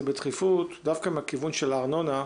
בדחיפות דווקא מול הנושא הזה של הארנונה.